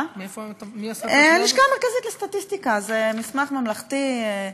הלשכה המרכזית לסטטיסטיקה, זה מסמך ממלכתי.